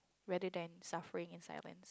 rather than suffering inside a man